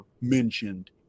mentioned